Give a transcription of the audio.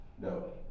No